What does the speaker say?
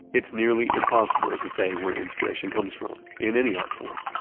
it's nearly impossible to say where inspiration comes from, in any art form.